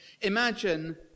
Imagine